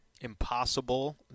Impossible